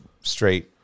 straight